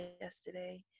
yesterday